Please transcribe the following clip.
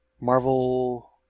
Marvel